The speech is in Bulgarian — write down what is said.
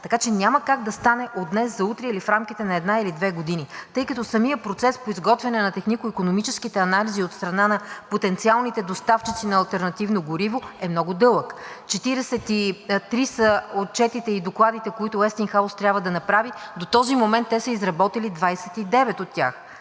процес. Няма как да стане от днес за утре или в рамките на една или две години, тъй като самият процес по изготвяне на технико-икономическите анализи от страна на потенциалните доставчици на алтернативно гориво е много дълъг. 43 са отчетите и докладите, които „Уестингхаус“ трябва да направи. До този момент те са изработили 29 от тях.